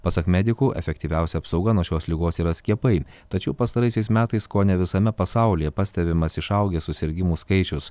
pasak medikų efektyviausia apsauga nuo šios ligos yra skiepai tačiau pastaraisiais metais kone visame pasaulyje pastebimas išaugęs susirgimų skaičius